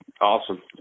Awesome